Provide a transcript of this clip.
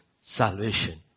Salvation